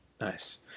nice